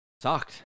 Sucked